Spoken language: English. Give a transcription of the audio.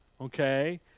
okay